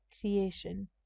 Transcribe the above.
creation